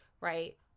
Right